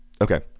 Okay